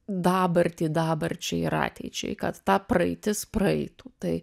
dabartį dabarčiai ir ateičiai kad ta praeitis praeitų tai